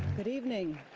good evening.